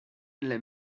les